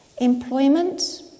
employment